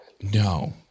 No